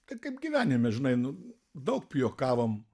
tai kaip gyvenime žinai nu daug pijokavom